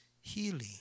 healing